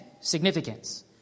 significance